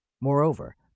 Moreover